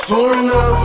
Foreigner